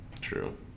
True